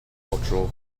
cultural